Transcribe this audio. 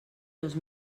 dos